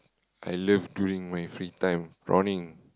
I love during my free time prawning